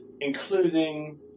including